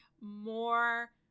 more